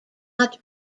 not